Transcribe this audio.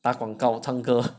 打广告唱歌